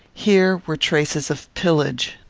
here were traces of pillage.